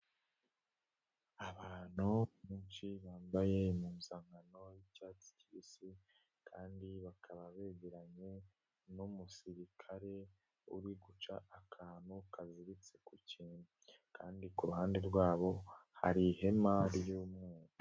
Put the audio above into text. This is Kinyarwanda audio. Abantu benshi bambayeuzankano y'icyatsi kibisi kandi bakaba begeranye n'umusirikare uri guca akantu kaziziritse ku kintu kandi kuruhande rwabo hari ihema ry'umweru.